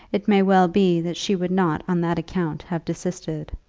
it may well be that she would not on that account have desisted.